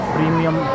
Premium